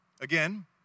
Again